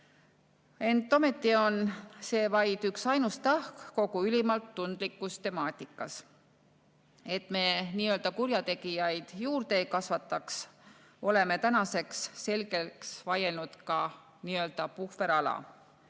ent ometi on see vaid üksainus tahk kogu ülimalt tundlikus temaatikas. Et me nii-öelda kurjategijaid juurde ei kasvataks, oleme tänaseks selgeks vaielnud ka nii‑öelda puhverala.